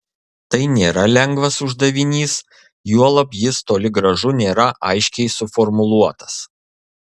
tai nėra lengvas uždavinys juolab jis toli gražu nėra aiškiai suformuluotas